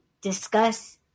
discuss